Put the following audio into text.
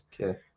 Okay